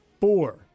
four